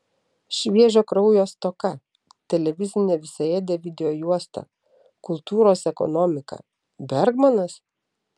šviežio kraujo stoka televizinė visaėdė videojuosta kultūros ekonomika bergmanas